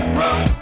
run